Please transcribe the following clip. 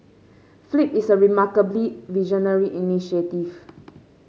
flip is a remarkably visionary initiative